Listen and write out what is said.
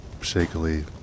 Shakily